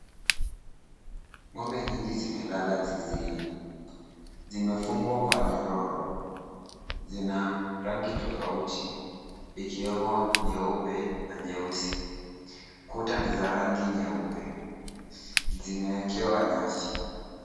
Ng'ombe nyingi zimelala zizini, zimefungwa kwa nyororo. Zina rangi tofauti ikiwemo nyeupe na nyeusi. Kuta ni za rangi nyeupe. Zimeekewa nyasi.